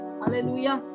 Hallelujah